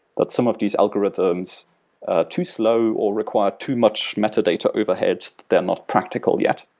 that some of these algorithms are too slow, or require too much metadata overhead. they're not practical yet.